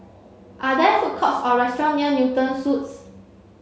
are there food courts or restaurants near Newton Suites